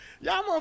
y'all